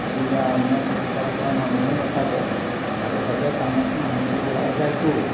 গতিকে অন্য প্ৰতিপাল কৰা মানুহো নাথাকে ভাগে ভাগে কামত মানুহবোৰ ওলাই যায়তো